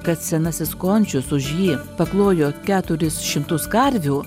kad senasis končius už jį paklojo keturis šimtus karvių